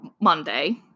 monday